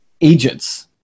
agents